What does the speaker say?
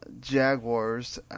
Jaguars